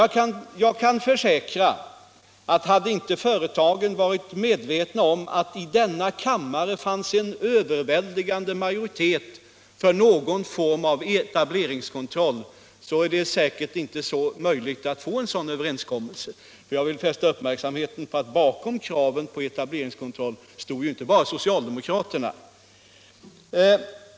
Jag kan försäkra att hade inte företagen varit medvetna om att det i denna kammare fanns en överväldigande majoritet för någon form av etableringskontroll, hade det säkert inte varit möjligt att nå en sådan överenskommelse, för jag vill fästa uppmärksamheten på att bakom kraven på etableringskontroll stod inte bara socialdemokraterna.